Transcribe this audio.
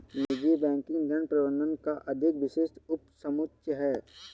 निजी बैंकिंग धन प्रबंधन का अधिक विशिष्ट उपसमुच्चय है